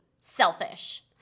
selfish